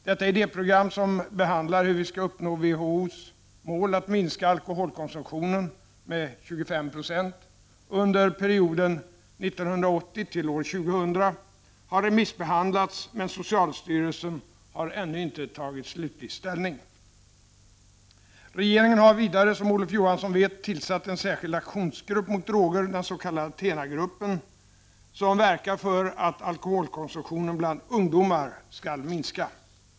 Detta idéprogram, som behandlar hur vi skall uppnå WHO:s mål att minska alkoholkonsumtionen med 25 96 under perioden 1980-2000, har remissbehandlats, men socialstyrelsen har ännu inte tagit slutlig ställning. Regeringen har vidare, som Olof Johansson vet, tillsatt en särskild aktionsgrupp mot droger — den s.k. ATHENA-gruppen — som verkar för att alkoholkonsumtionen bland ungdomar skall minska.